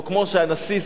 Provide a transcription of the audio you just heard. או כמו שהנשיא,